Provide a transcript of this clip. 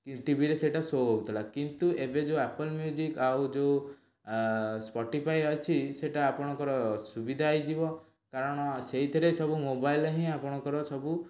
କି ଟିଭିରେ ସେଇଟା ସୋ ହଉଥିଲା କିନ୍ତୁ ଏବେ ଯେଉଁ ଆପଲ୍ ମ୍ୟୁଜିକ୍ ଆଉ ଯେଉଁ ସ୍ପଟିଫାଏ ଅଛି ସେଟା ଆପଣଙ୍କର ସୁବିଧା ହେଇଯିବ କାରଣ ସେଇଥିରେ ସବୁ ମୋବାଇଲ୍ରେ ହିଁ ଆପଣଙ୍କର ସବୁ